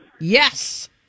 Yes